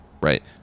right